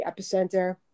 epicenter